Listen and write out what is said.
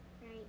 Right